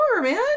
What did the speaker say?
man